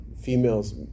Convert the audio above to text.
Females